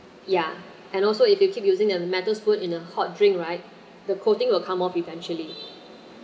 ya and also if you keep using the metal spoon in a hot drink right the coating will come off eventually